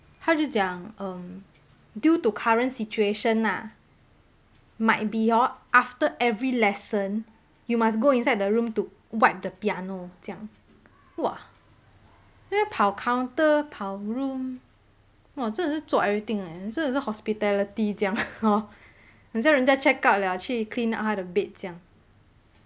她就讲 um due to current situation lah might be hor after every lesson you must go inside the room to wipe the piano 这样哇跑 counter 跑 room 哇真的是做 everything leh 真的是 hospitality 这样 hor 好像人家 check out liao 去 clean up 他的 bed 这样